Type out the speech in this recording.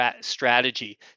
strategy